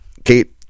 Kate